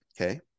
okay